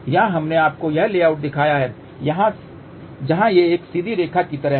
यहां हमने आपको वह लेआउट दिखाया है जहां ये एक सीधी रेखा की तरह हैं